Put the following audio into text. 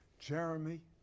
Jeremy